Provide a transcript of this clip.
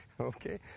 Okay